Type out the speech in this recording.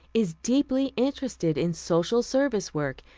is deeply interested in social service work,